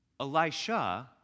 Elisha